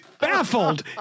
baffled